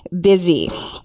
busy